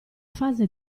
fase